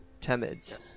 Temid's